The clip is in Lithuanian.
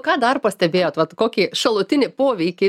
ką dar pastebėjot vat kokį šalutinį poveikį